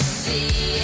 see